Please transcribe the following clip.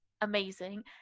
amazing